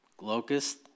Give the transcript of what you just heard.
locust